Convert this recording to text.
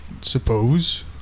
suppose